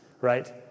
right